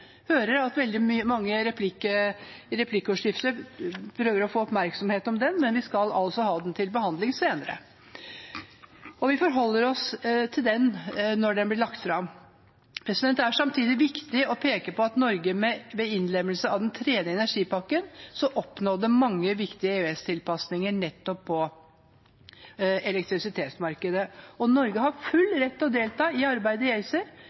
hører at mange i replikkordskiftene prøver å få oppmerksomhet om den, men vi skal altså ha den til behandling senere, og vi forholder oss til den når den blir lagt fram. Det er samtidig viktig å peke på at Norge ved innlemmelse av den tredje energipakken oppnår mange viktige EØS-tilpasninger på elektrisitetsmarkedet. Norge har full rett til å delta i arbeidet i